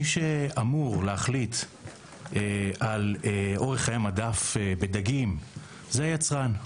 מי שאמור להחליט על אורך חיי מדף בדגים זה היצרן.